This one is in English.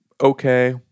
okay